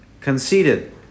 conceited